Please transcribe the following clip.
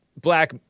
black